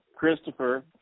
Christopher